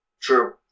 True